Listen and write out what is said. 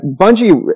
Bungie